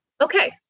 okay